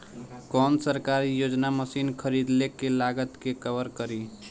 कौन सरकारी योजना मशीन खरीदले के लागत के कवर करीं?